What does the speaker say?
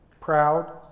proud